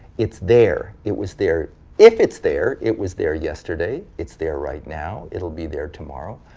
it's there. it was there if it's there it was there yesterday, it's there right now, it'll be there tomorrow.